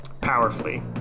powerfully